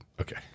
Okay